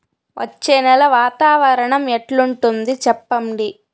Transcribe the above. వచ్చే నెల వాతావరణం ఎట్లుంటుంది చెప్పండి?